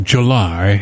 July